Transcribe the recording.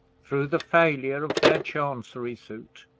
through the failure of their chancery suit,